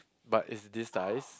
but is this size